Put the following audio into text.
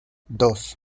dos